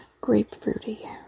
grapefruity